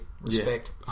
respect